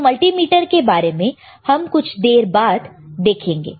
तो मल्टीमीटर के बारे में हम कुछ देर में देखेंगे